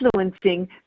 influencing